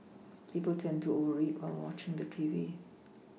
people tend to over eat while watching the television